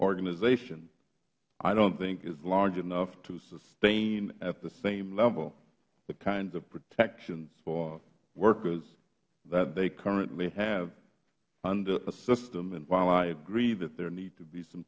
organization i dont think is large enough to sustain at the same level the kinds of protections for workers that they currently have under a system while i agree that there need to be some